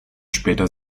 später